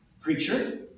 preacher